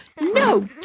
No